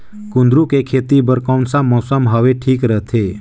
कुंदूरु के खेती बर कौन सा मौसम हवे ठीक रथे?